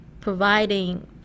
providing